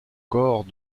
corps